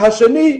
והשני,